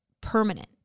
permanent